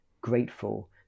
grateful